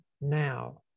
now